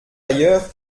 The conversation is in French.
ailleurs